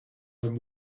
are